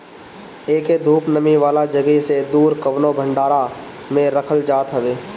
एके धूप, नमी वाला जगही से दूर कवनो भंडारा में रखल जात हवे